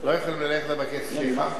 לא יכולים ללכת לבקש סליחה?